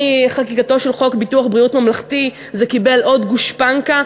מחקיקתו של חוק ביטוח בריאות ממלכתי זה קיבל עוד גושפנקה,